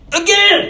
again